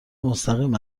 مستقیم